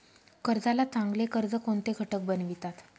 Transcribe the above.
कर्जाला चांगले कर्ज कोणते घटक बनवितात?